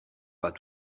pas